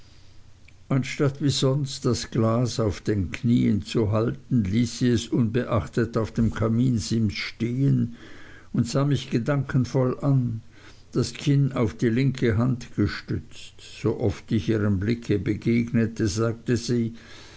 anstatt wie sonst das glas auf den knieen zu halten ließ sie es unbeachtet auf dem kaminsims stehen und sah mich gedankenvoll an das kinn auf die linke hand gestützt so oft ich ihrem blicke begegnete sagte sie